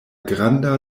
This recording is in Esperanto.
granda